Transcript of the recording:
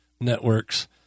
networks